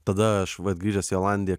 tada aš vat grįžęs į olandiją